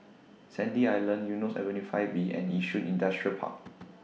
Sandy Island Eunos Avenue five B and Yishun Industrial Park